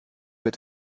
wird